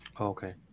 okay